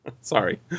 Sorry